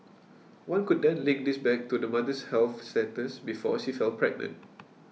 one could then link this back to the mother's health status before she fell pregnant